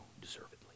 deservedly